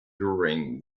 during